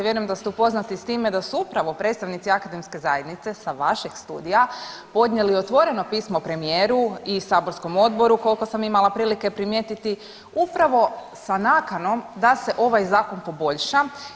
Vjerujem da ste upoznati s time, da su upravo predstavnici akademske zajednice sa vašeg studija podnijeli otvoreno pismo premijeru i saborskom odboru koliko sam imala prilike primijetiti upravo sa nakanom da se ovaj zakon poboljša.